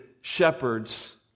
shepherds